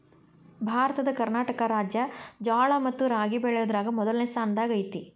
ಭಾರತದ ಕರ್ನಾಟಕ ರಾಜ್ಯ ಜ್ವಾಳ ಮತ್ತ ರಾಗಿ ಬೆಳಿಯೋದ್ರಾಗ ಮೊದ್ಲನೇ ಸ್ಥಾನದಾಗ ಐತಿ